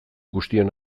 guztion